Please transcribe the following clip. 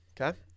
Okay